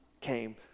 came